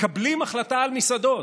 מקבלים החלטה על מסעדות.